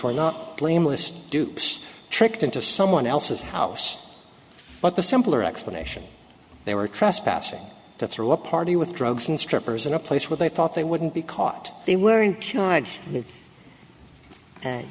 were not blameless dupes tricked into someone else's house but the simpler explanation they were trespassing to throw a party with drugs and strippers in a place where they thought they wouldn't be caught they were in charge